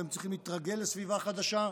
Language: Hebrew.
הם צריכים להתרגל לסביבה חדשה,